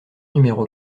numéro